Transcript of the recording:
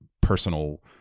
personal